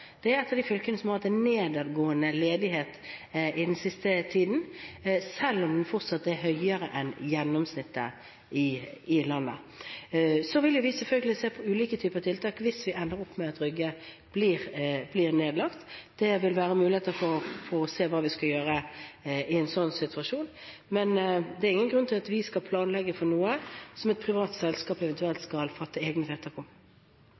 hatt en nedadgående ledighet den siste tiden, selv om den fortsatt er høyere enn gjennomsnittet i landet. Så vil vi selvfølgelig se på ulike typer tiltak hvis vi ender opp med at Rygge blir nedlagt. Det vil være muligheter for å se hva vi skal gjøre i en sånn situasjon, men det er ingen grunn til at vi skal planlegge for noe som et privat selskap eventuelt skal fatte egne vedtak om.